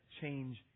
change